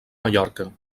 mallorca